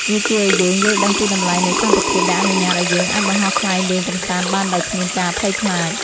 វាជួយឱ្យយើងយល់ដឹងពីតម្លៃនៃសន្តិភាព ដែលអនុញ្ញាតឱ្យយើងអាចបង្ហោះខ្លែងលេងកម្សាន្តបានដោយគ្មានការភ័យខ្លាច។